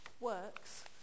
works